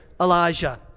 Elijah